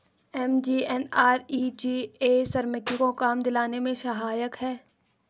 MGNREGA श्रमिकों को काम दिलाने में सहायक है